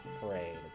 parade